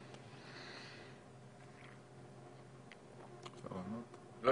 לא